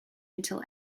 until